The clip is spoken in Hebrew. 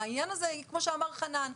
כמו שאמר חנן,